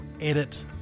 edit